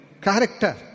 Character